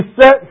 set